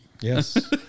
Yes